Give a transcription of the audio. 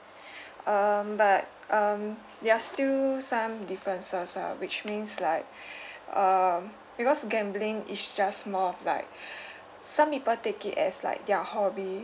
um but um there are still some differences ah which means like um because gambling is just more of like some people take it as like their hobby